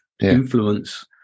influence